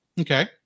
okay